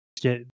get